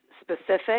specific